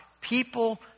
people